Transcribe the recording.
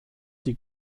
die